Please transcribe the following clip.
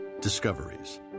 Discoveries